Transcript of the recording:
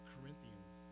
Corinthians